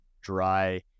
dry